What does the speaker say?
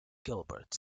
gilbert